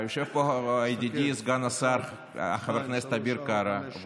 יושב פה ידידי סגן השר חבר הכנסת אביר קארה,